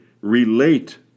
relate